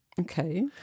okay